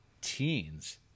teens